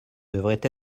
devrait